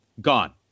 Gone